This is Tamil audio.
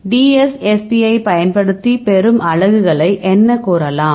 DSSP ஐப் பயன் படுத்தி பெறும் அலகுகளை என்ன கூறலாம்